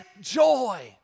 joy